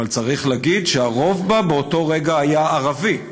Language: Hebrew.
אבל צריך להגיד שהרוב בה באותו רגע היה ערבי.